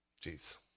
Jeez